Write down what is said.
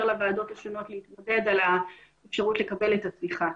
לוועדות השונות להתמודד על האפשרות לקבל את התמיכה.